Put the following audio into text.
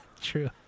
True